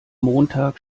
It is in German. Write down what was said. montag